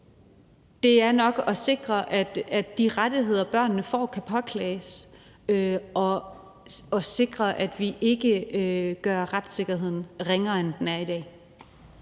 det er nok at sikre, at de rettigheder, børnene får, kan påklages, og at sikre, at vi ikke gør retssikkerheden ringere, end den er i dag.